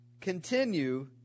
Continue